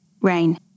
Rain